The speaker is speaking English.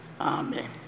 Amen